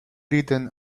written